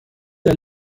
der